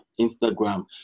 Instagram